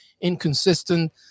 inconsistent